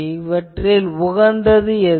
இவற்றில் உகந்தது எது